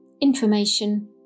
Information